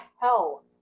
hell